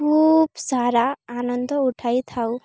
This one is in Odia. ଖୁବ୍ ସାରା ଆନନ୍ଦ ଉଠାଇ ଥାଉ